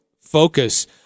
focus